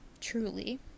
Truly